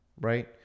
right